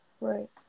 Right